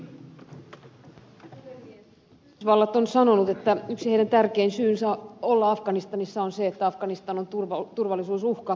yhdysvallat on sanonut että yksi heidän tärkein syynsä olla afganistanissa on se että afganistan on turvallisuusuhka yhdysvalloille